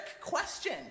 question